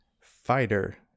Fighter